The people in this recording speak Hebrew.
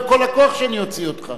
בכל הכוח שאני אוציא אותך.